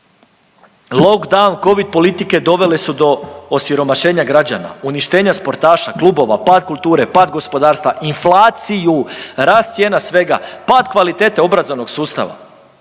Lockdown Covid politike dovele su do osiromašenja građana, uništenja sportaša, klubova, pad kulture, pad gospodarstva, inflaciju, rast cijena svega, pad kvalitete obrazovnog sustava